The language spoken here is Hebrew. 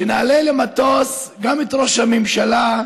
שנעלה למטוס גם את ראש הממשלה,